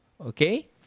Okay